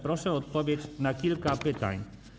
Proszę o odpowiedź na kilka pytań.